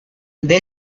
the